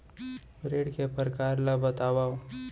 ऋण के परकार ल बतावव?